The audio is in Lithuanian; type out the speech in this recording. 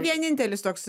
vienintelis toks